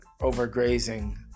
overgrazing